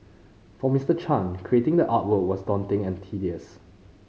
for Mister Chan creating the artwork was daunting and tedious